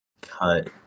cut